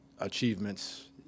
achievements